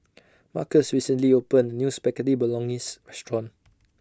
Markus recently opened A New Spaghetti Bolognese Restaurant